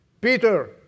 Peter